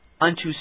unto